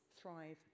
thrive